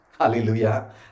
Hallelujah